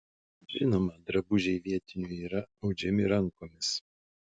žinoma drabužiai vietinių yra audžiami rankomis